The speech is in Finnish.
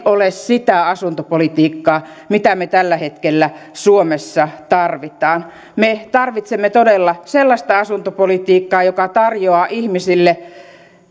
ole sitä asuntopolitiikkaa mitä me tällä hetkellä suomessa tarvitsemme me tarvitsemme todella sellaista asuntopolitiikkaa joka tarjoaa ihmisille